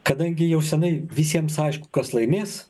kadangi jau senai visiems aišku kas laimės